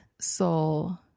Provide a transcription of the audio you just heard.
soul